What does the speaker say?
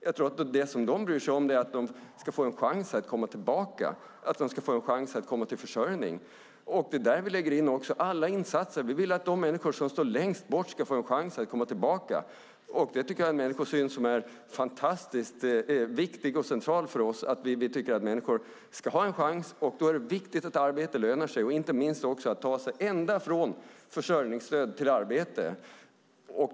Vad de bryr sig om är att de ska få en chans att komma tillbaka, få en chans att komma till försörjning. Det är också där vi lägger in alla insatser. Vi vill att de människor som står längst bort ska få en chans att komma tillbaka. Det tycker jag är en människosyn som är fantastiskt viktig och central för oss, att vi tycker att människor ska ha en chans. Då är det viktigt att arbete lönar sig och inte minst att man kan ta sig ända från försörjningsstöd till arbete.